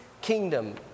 kingdom